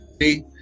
See